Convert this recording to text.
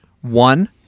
One